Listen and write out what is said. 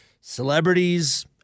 celebrities